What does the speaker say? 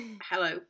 hello